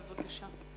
בבקשה.